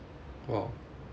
!wow!